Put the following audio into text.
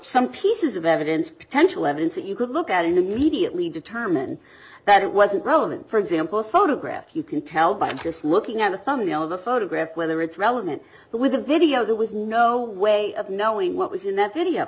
some pieces of evidence potential evidence that you could look at immediately determine that it wasn't relevant for example photograph you can tell by just looking at the thumbnail of the photograph whether it's relevant but with the video there was no way of knowing what was in that video